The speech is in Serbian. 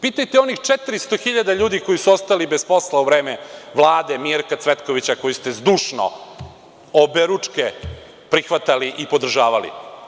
Pitajte onih 400 hiljada ljudi koji su ostali bez posla u vreme Vlade Mirka Cvetkovića koju ste zdušno, oberučke prihvatali i podržavali.